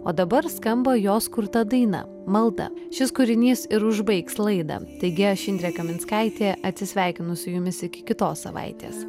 o dabar skamba jos kurta daina malda šis kūrinys ir užbaigs laidą taigi aš indrė kaminskaitė atsisveikinu su jumis iki kitos savaitės